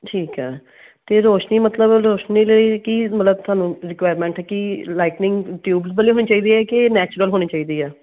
ਠੀਕ ਹੈ ਅਤੇ ਰੋਸ਼ਨੀ ਮਤਲਬ ਰੋਸ਼ਨੀ ਲਈ ਕੀ ਮਤਲਬ ਤੁਹਾਨੂੰ ਰਿਕੁਆਇਰਮੈਂਟ ਕੀ ਲਾਈਟਨਿੰਗ ਟਿਊਬ ਬਲਬ ਹੋਣੀ ਚਾਹੀਦੀ ਹੈ ਕਿ ਨੈਚੁਰਲ ਹੋਣੀ ਚਾਹੀਦੀ ਹੈ